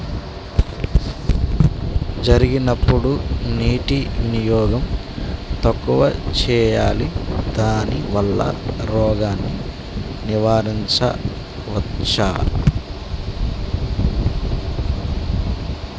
జరిగినప్పుడు నీటి వినియోగం తక్కువ చేయాలి దానివల్ల రోగాన్ని నివారించవచ్చా?